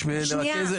שנייה.